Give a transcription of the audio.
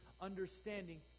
understanding